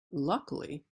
luckily